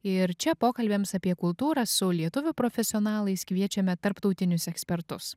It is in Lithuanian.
ir čia pokalbiams apie kultūrą su lietuvių profesionalais kviečiame tarptautinius ekspertus